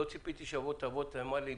לא ציפיתי שתאמר לי,